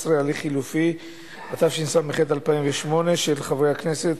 הצביע, השר, הספיק.